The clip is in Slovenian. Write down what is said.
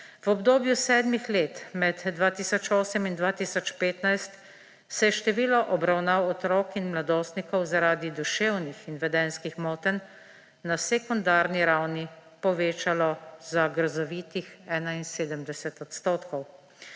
V obdobju sedmih let med 2008 in 2015 se je število obravnav otrok in mladostnikov zaradi duševnih in vedenjskih motenj na sekundarni ravni povečalo za grozovitih 71 odstotkov.